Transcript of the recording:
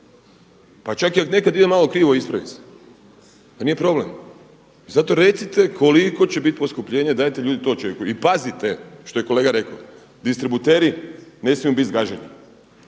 Pa čak i ako nekad ide malo krivo ispravi se. Nije problem. I zato recite koliko će bit poskupljenje, dajte ljudi to očekujte i pazite što je kolega rekao. Distributeri ne smiju bit zgaženi.